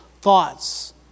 thoughts